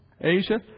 Asia